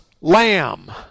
lamb